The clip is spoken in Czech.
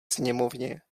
sněmovně